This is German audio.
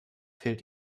fehlt